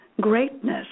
greatness